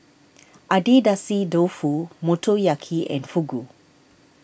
Agedashi Dofu Motoyaki and Fugu